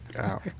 Ow